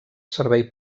servei